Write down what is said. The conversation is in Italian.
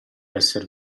esser